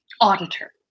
auditor